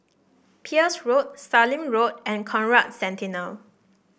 Peirce Road Sallim Road and Conrad Centennial